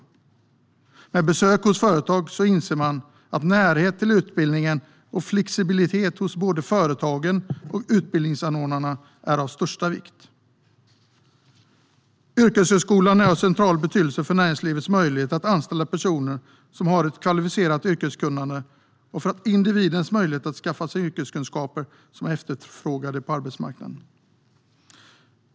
Om man gör besök hos företag inser man att närhet till utbildningen och flexibilitet hos både företagen och utbildningsanordnarna är av största vikt. Yrkeshögskolan är av central betydelse för näringslivets möjligheter att anställa personer som har ett yrkeskunnande och för individens möjligheter att skaffa sig yrkeskunskaper som är efterfrågade på arbetsmarknaden.